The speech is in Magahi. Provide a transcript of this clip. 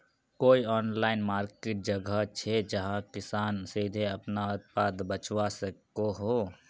कोई ऑनलाइन मार्किट जगह छे जहाँ किसान सीधे अपना उत्पाद बचवा सको हो?